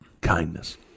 kindness